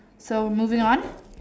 so moving on